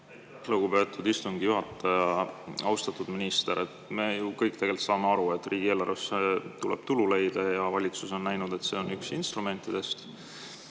Lugupeetud istungi juhataja! Austatud minister! Me kõik saame aru, et riigieelarvesse tuleb tulu leida, ja valitsus on näinud, et see on üks instrumentidest.